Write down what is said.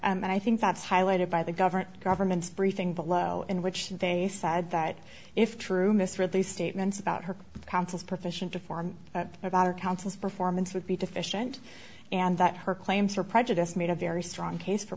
and i think that's highlighted by the government government's briefing below in which they said that if true misread the statements about her consuls profession to form of our counsels performance would be deficient and that her claims are prejudiced made a very strong case for